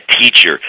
teacher